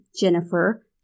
Jennifer